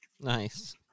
Nice